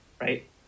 Right